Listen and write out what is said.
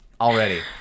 already